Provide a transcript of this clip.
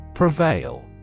Prevail